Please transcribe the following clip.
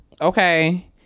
okay